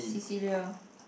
Cecilia